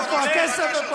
איפה הכסף?